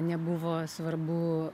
nebuvo svarbu